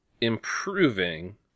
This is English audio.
improving